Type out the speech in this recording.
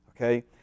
okay